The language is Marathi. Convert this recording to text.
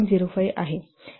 05 आहे